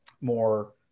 more